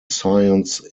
science